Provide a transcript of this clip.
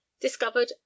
discovered